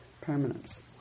permanence